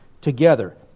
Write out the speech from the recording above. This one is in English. together